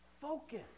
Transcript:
Focus